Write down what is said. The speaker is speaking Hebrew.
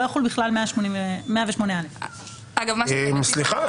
לא יחול בכלל 108א. סליחה,